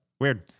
Weird